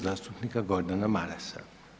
zastupnika Gordana Marasa.